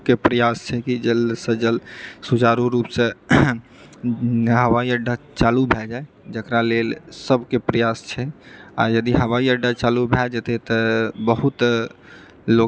के प्रयास छै कि जल्दसँ जल्द सुचारू रूपसँ हवाई अड्डा चालू भए जाए जकरा लेल सबके प्रयास छै आ यदि हवाई अड्डा चालू भए जेतै तऽ बहुत लोककेँ